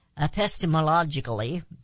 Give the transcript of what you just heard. epistemologically